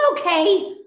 Okay